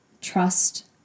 trust